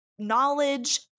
knowledge